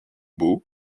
beau